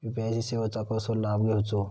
UPI सेवाचो कसो लाभ घेवचो?